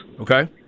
Okay